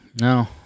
no